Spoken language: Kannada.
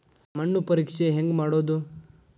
ಮಣ್ಣು ಪರೇಕ್ಷೆ ಹೆಂಗ್ ಮಾಡೋದು?